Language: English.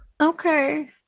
Okay